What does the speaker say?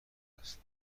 هست